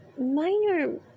minor